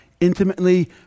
intimately